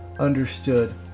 understood